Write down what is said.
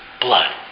blood